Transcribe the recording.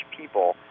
people